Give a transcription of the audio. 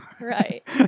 Right